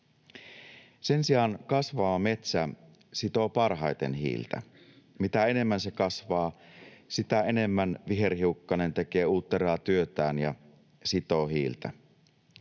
Sen sijaan kasvava metsä sitoo parhaiten hiiltä. Mitä enemmän se kasvaa, sitä enemmän viherhiukkanen tekee uutteraa työtään ja sitoo hiiltä.